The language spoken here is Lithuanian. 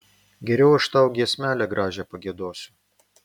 geriau aš tau giesmelę gražią pagiedosiu